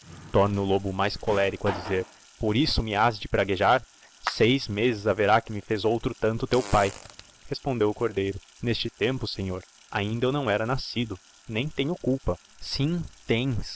o lobo mais colérico a dizer por isso me has de praguejar seis raçzes haverá que me fez outro tanto teu pai respondeo o cordeiro nesse tempo senhor ainda eu não era nascido nem tenho culpa sim tens